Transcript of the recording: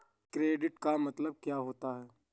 Credit का मतलब क्या होता है?